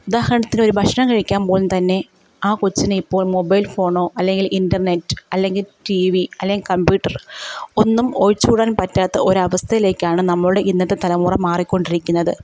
ഉദാഹരണത്തിന് ഒരു ഭക്ഷണം കഴിക്കാൻ പോലും തന്നെ ആ കൊച്ചിന് ഇപ്പോൾ മൊബൈൽ ഫോണോ അല്ലെങ്കിൽ ഇൻറർനെറ്റ് അല്ലെങ്കിൽ ടി വി അല്ലെങ്കിൽ കംപ്യൂട്ടർ ഒന്നും ഒഴിച്ച് കൂടാൻ പറ്റാത്ത ഒരു അവസ്ഥയിലേക്കാണ് നമ്മുടെ ഇന്നത്തെ തലമുറ മാറിക്കൊണ്ടിരിക്കുന്നത്